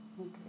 Okay